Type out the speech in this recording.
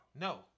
No